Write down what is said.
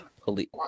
police